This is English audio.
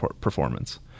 performance